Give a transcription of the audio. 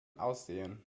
aussehen